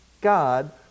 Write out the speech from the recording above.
God